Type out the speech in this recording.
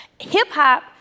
hip-hop